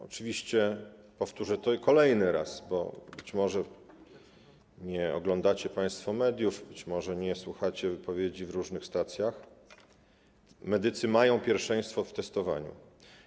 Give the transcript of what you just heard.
Oczywiście powtórzę po raz kolejny, bo być może nie oglądacie państwo mediów, być może nie słuchacie wypowiedzi w różnych stacjach, że medycy mają pierwszeństwo w testowaniu.